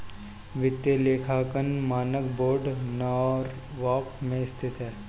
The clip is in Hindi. वित्तीय लेखांकन मानक बोर्ड नॉरवॉक में स्थित है